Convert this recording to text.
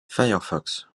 firefox